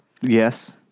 Yes